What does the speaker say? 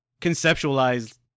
conceptualize